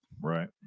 Right